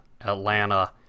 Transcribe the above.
Atlanta